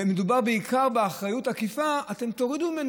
ומדובר בעיקר באחריות עקיפה, אתם תורידו ממני.